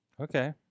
Okay